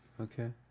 Okay